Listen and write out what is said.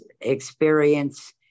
experience